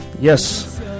yes